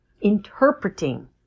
interpreting